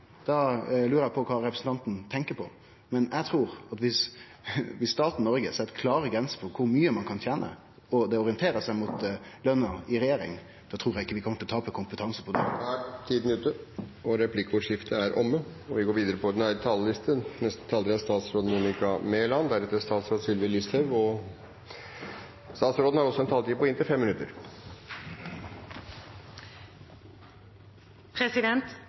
eg på kva representanten tenkjer på. Men eg trur at dersom staten Noreg set klare grenser for kor mykje ein kan tene, og det orienterer seg mot løna i regjering, kjem vi ikkje til å tape kompetanse på det. Replikkordskiftet er omme. Mangfoldige, velutviklede og kompetente eiermiljøer er en forutsetning for samfunnets konkurransekraft og verdiskaping. Et godt eierskap – privat og offentlig – skaper trygge arbeidsplasser og